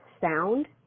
sound